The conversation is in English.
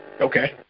Okay